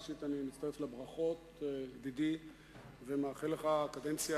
ראשית אני מצטרף לברכות ידידי ומאחל לך קדנציה